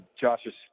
Josh's